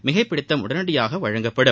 மிகைப்பிடித்தம் உடனடியாக வழங்கப்படும்